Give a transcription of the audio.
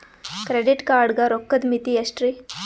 Credit card ಗ ರೋಕ್ಕದ್ ಮಿತಿ ಎಷ್ಟ್ರಿ?